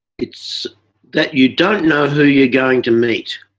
it's that you don't know who you're going to meet.